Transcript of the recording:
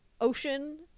ocean